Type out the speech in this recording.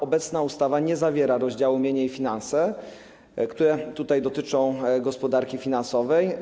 Obecna ustawa nie zawiera rozdziału „Mienie i finanse”, który dotyczyłby gospodarki finansowej.